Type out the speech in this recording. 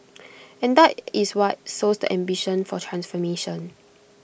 and that is what sows the ambition for transformation